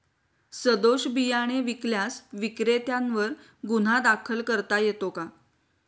सदोष बियाणे विकल्यास विक्रेत्यांवर गुन्हा दाखल करता येतो का?